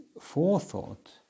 forethought